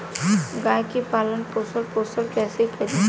गाय के पालन पोषण पोषण कैसे करी?